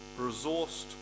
resourced